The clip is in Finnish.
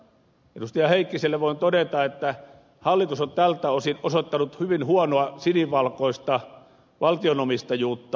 heikkiselle voin todeta että hallitus on tältä osin osoittanut hyvin huonoa sinivalkoista valtionomistajuutta